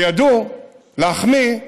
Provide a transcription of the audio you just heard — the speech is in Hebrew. שידעו להחמיא,